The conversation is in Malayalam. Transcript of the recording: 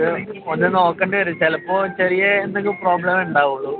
അത് ഒന്ന് നോക്കേണ്ടി വരും ചിലപ്പോൾ ചെറിയ എന്തെങ്കിലും പ്രോബ്ലം ഉണ്ടാവുകയുള്ളൂ